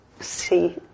see